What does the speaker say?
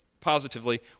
Positively